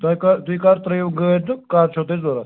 تۄہہِ کَر تُہۍ کَر ترٛٲیِو گٲڑۍ تہٕ کَر چھُو تۄہہِ ضرورت